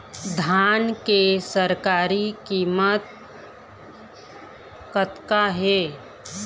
धान के सरकारी कीमत कतका हे?